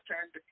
turned